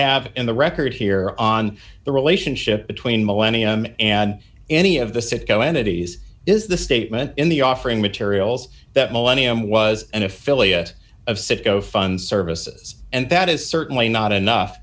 have in the record here on the relationship between millennium and any of the citgo entities is the statement in the offering materials that millennium was an affiliate of citgo funds services and that is certainly not enough